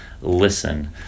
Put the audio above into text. listen